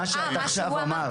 מה שהוא עכשיו אמר.